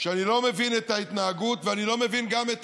שאני לא מבין את ההתנהגות ואני לא מבין גם את